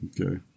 Okay